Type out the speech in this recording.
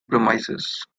premises